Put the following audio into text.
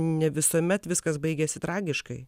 ne visuomet viskas baigiasi tragiškai